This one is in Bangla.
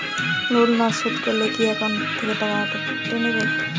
লোন না শোধ করলে কি একাউন্ট থেকে টাকা কেটে নেবে?